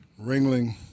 Ringling